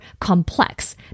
complex